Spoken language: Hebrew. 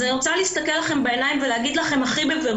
אז אני רוצה להסתכל לכם בעיניים ולהגיד לכם בבירור: